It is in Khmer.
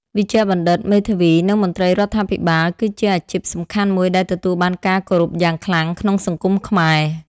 វេជ្ជបណ្ឌិត មេធាវី និងមន្ត្រីរដ្ឋាភិបាល គឺជាអាជីពសំខាន់មួយដែលទទួលបានការគោរពយ៉ាងខ្លាំងក្នុងសង្គមខ្មែរ។